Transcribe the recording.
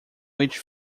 which